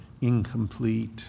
incomplete